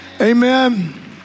amen